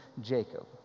Jacob